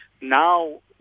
Now